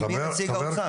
מי נציג האוצר?